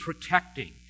protecting